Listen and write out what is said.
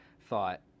thought